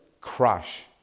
crush